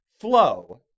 flow